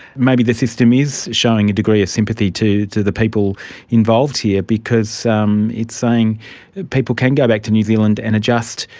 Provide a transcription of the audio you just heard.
maybe this system is showing a degree of sympathy to to the people involved here because it's saying people can go back to new zealand and adjust.